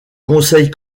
conseil